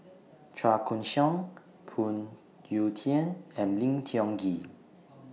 Chua Koon Siong Phoon Yew Tien and Lim Tiong Ghee